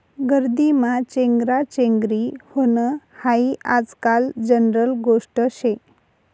गर्दीमा चेंगराचेंगरी व्हनं हायी आजकाल जनरल गोष्ट शे